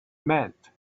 meant